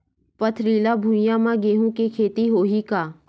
पथरिला भुइयां म गेहूं के खेती होही का?